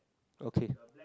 okay